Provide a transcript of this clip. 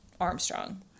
Armstrong